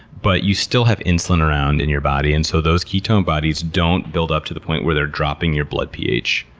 but you still have insulin around in your body. and so those ketone bodies don't build up to the point where they're dropping your blood ph.